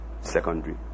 secondary